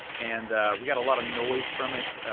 and we got a lotta noise from it.